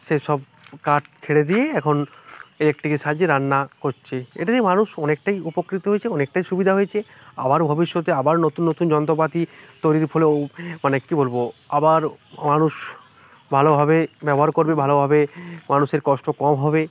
সেই সব কাজ ছেড়ে দিয়ে এখন ইলেকট্রিকের সাহায্যে রান্না করছি মানুষ অনেকটাই উপকৃত হয়েছে অনেকটাই সুবিধা হয়েছে আবারও ভবিষ্যতে আবার নতুন নতুন যন্ত্রপাতি তৈরির ফলে ও মানে কি বলবো আবার মানুষ ভালোভাবে ব্যবহার করবে ভালোভাবে মানুষের কষ্ট কম হবে